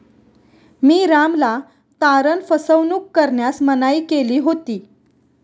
मी रामला तारण फसवणूक करण्यास मनाई केली होती